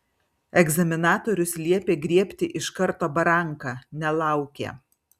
egzaminatorius liepė griebti iš karto baranką nelaukė